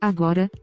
Agora